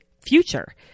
future